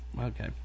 Okay